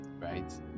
right